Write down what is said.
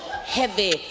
heavy